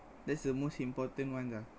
that's the most important one lah